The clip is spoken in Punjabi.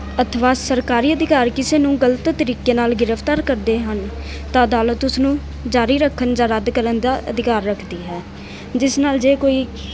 ਅਥਵਾ ਸਰਕਾਰੀ ਅਧਿਕਾਰ ਕਿਸੇ ਨੂੰ ਗਲਤ ਤਰੀਕੇ ਨਾਲ ਗ੍ਰਿਫਤਾਰ ਕਰਦੇ ਹਨ ਤਾਂ ਅਦਾਲਤ ਉਸਨੂੰ ਜ਼ਾਰੀ ਰੱਖਣ ਜਾਂ ਰੱਦ ਕਰਨ ਦਾ ਅਧਿਕਾਰ ਰੱਖਦੀ ਹੈ ਜਿਸ ਨਾਲ ਜੇ ਕੋਈ